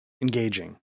engaging